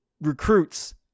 recruits